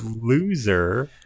loser